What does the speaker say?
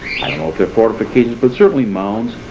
know if they're fortifications but certainly mounds.